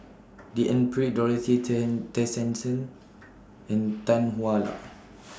D N Pritt Dorothy Tessensohn and Tan Hwa Luck